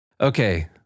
Okay